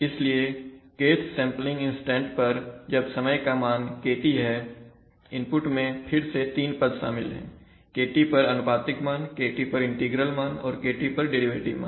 इसलिए Kth sampling instant पर जब समय का मान kt है इनपुट मैं फिर से 3 पद शामिल है kT पर अनुपातिक मान kT पर इंटीग्रल मान और kT पर डेरिवेटिव मान